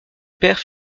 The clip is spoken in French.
père